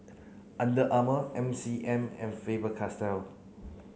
Under Armour M C M and Faber Castell